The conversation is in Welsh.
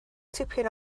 tipyn